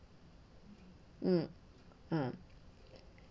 mm uh